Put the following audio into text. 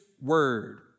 word